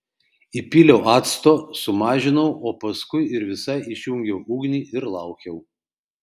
įpyliau acto sumažinau o paskui ir visai išjungiau ugnį ir laukiau